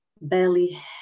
belly